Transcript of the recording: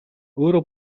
өөрөө